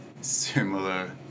similar